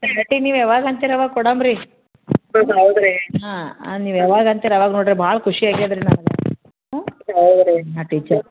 party ನೀವು ಯಾವಾಗ ಅಂತೀರ ಆವಾಗ ಕೊಡಂಬ್ರಿ ಹಾಂ ನೀವು ಯಾವಾಗ ಅಂತೀರ ಅವಾಗ ನೋಡಿರಿ ಭಾಳ ಖುಷಿ ಆಗ್ಯದ್ರಿ ನನ್ಗೆ ಹಾಂ ನಾನು ಟೀಚರ್